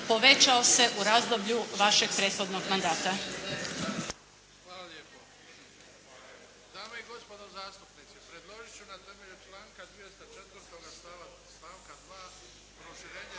povećao se u razdoblju vašeg prethodnog mandata.